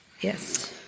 Yes